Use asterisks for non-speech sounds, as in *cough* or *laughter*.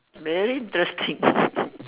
very interesting *laughs*